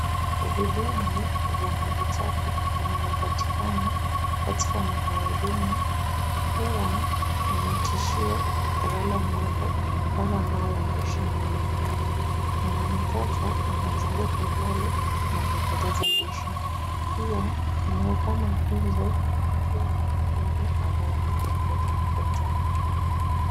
Vidibwi vya maji taka vinavyopatikana katika makao duni huwa ni tishio kwa wale ambapo, wale ambao wanaishi mahali pale. Maana mtoto anaweza anguka pale na akapoteza maisha. Pia eneo kama hizo huwa na vidudu ambavyo huleta magonjwa mbali mbali.